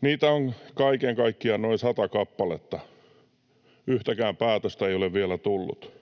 Niitä on kaiken kaikkiaan noin sata kappaletta. Yhtäkään päätöstä ei ole vielä tullut.